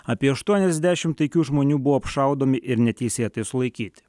apie aštuoniasdešim taikių žmonių buvo apšaudomi ir neteisėtai sulaikyti